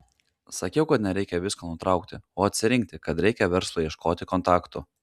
sakiau kad nereikia visko nutraukti o atsirinkti kad reikia verslui ieškoti kontaktų